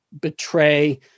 betray